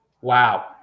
Wow